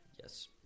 Yes